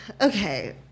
Okay